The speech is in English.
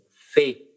faith